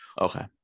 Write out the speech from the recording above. okay